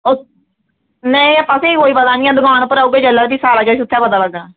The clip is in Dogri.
ओह् नेईं फ्ही कोई पता नीं ऐ दकान पर औगे जेल्लै सारा किश उत्थै पता लगदा